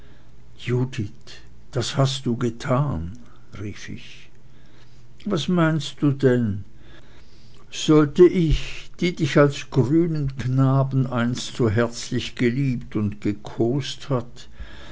judith das hast du getan rief ich was meinst du denn sollte ich die dich als grünen knaben einst so herzlich geliebt und gekost hat